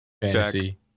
fantasy